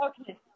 Okay